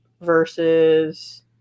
versus